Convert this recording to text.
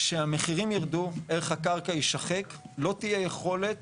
כשהמחירים ירדו, ערך הקרקע יישחק, לא תהיה יכולת